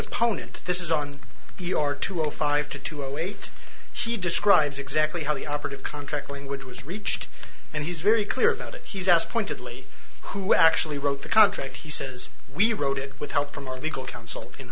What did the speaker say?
deponent this is on the r two zero five to two zero eight she describes exactly how the operative contract language was reached and he's very clear about it he's asked pointedly who actually wrote the contract he says we wrote it with help from our legal counsel in